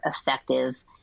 effective